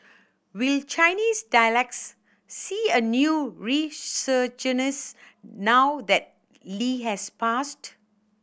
will Chinese dialects see a new resurgence now that Lee has passed